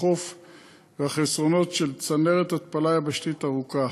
החוף והחסרונות של צנרת התפלה יבשתית ארוכה